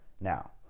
Now